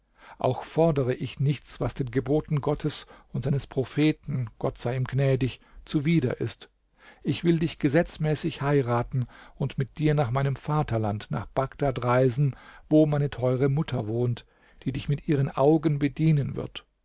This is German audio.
auch fordere ich nichts was den geboten gottes und seines propheten gott sei ihm gnädig zuwider ist ich will dich gesetzmäßig heiraten und mit dir nach meinem vaterland nach bagdad reisen wo meine teure mutter wohnt die dich mit ihren augen bedienen wird